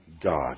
God